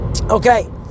Okay